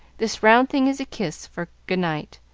this round thing is a kiss for good-night.